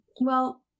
Well-